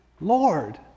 lord